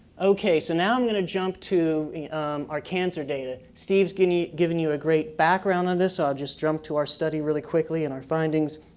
okay. so now, i'm gonna jump to our cancer data. steve's given you given you a great background on this, so i'll just jump to our study really quickly, and our findings.